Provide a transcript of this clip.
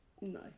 No